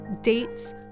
dates